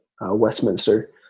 Westminster